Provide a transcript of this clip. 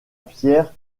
pierre